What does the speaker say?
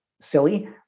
silly